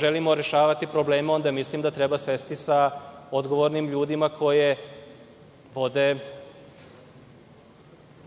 želimo rešavati probleme, onda mislim da treba sesti sa odgovornim ljudima koji vode